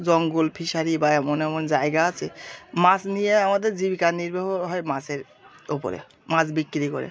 জঙ্গল ফিশারি বা এমন এমন জায়গা আছে মাছ নিয়ে আমাদের জীবিকা নির্বাহ হয় মাছের ওপরে মাছ বিক্রি করে